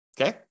Okay